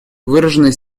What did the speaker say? выраженные